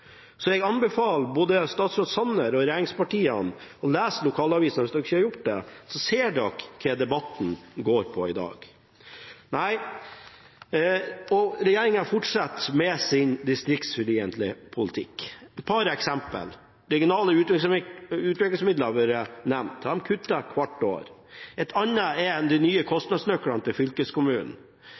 Jeg anbefaler både statsråd Sanner og regjeringspartiene å lese lokalavisene, hvis de ikke har gjort det, og se hva debatten handler om i dag. Regjeringen fortsetter med sin distriktsfiendtlige politikk. Jeg har et par eksempler. Regionale utviklingsmidler har vært nevnt, og de kuttes hvert år. Et annet eksempel er de nye kostnadsnøklene til fylkeskommunen.